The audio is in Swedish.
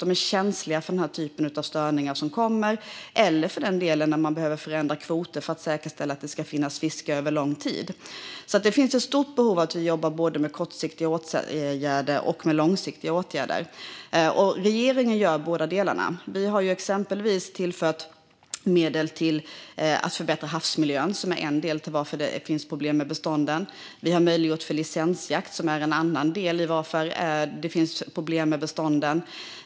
Den är känslig för den typ av störningar som nu kommer - eller för den delen när kvoterna behöver förändras för att man ska säkerställa att det ska finnas fiske över lång tid. Det finns alltså ett stort behov av att jobba både med kortsiktiga och långsiktiga åtgärder, och regeringen gör båda delarna. Vi har exempelvis tillfört medel för att förbättra havsmiljön, vilket är en del i att det finns problem med bestånden. Vi har möjliggjort licensjakt, som är en annan del i att det finns problem med bestånden.